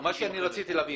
מה שאני רציתי להבין,